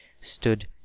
stood